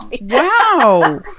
wow